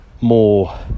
more